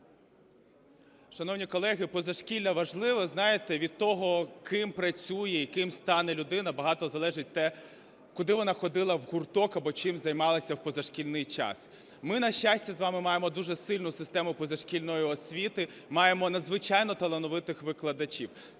Шановні колеги, позашкілля важливе, знаєте, від того, ким працює і ким стане людина, багато залежить те, куди вона ходила в гурток або чим займалася в позашкільний час. Ми, на щастя, з вами маємо дуже сильну систему позашкільної освіти, маємо надзвичайно талановитих викладачів.